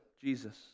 Jesus